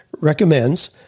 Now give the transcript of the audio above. recommends